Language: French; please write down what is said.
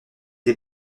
des